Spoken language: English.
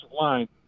line